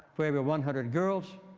for every one hundred girls,